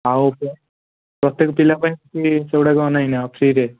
ପ୍ରତ୍ୟେକ ପିଲା ପାଇଁ କିଛି ଜିନିଷଗୁଡ଼ାକ ନାହିଁ ନା ଫ୍ରୀରେ